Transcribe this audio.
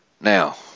Now